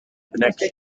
next